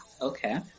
okay